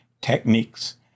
techniques